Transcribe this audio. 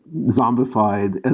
zombified,